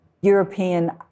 European